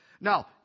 now